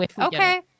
Okay